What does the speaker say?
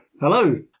Hello